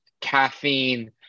caffeine